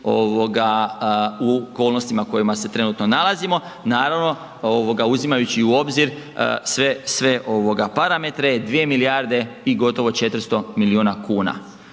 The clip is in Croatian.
u okolnostima u kojima se trenutno nalazimo, naravno uzimajući u obzir sve, sve ovoga parametre, 2 milijarde i gotovo 400 milijuna kuna.